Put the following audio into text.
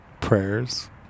prayers